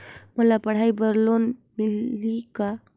मोला पढ़ाई बर लोन मिलही का?